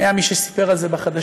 היה מי שסיפר על זה בחדשות,